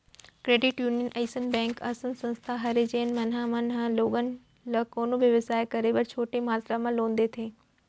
credit union अइसन bank असन संस्था हरय जेन मन ह मन ह लोगन ल कोनो बेवसाय करे बर छोटे मातरा म लोन देथे